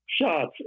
Shots